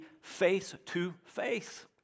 face-to-face